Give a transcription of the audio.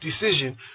decision